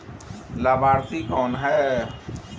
लाभार्थी कौन है?